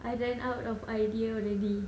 I ran out of idea already